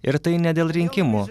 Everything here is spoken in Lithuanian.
ir tai ne dėl rinkimų